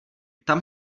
tam